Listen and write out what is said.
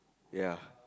ya